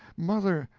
mother,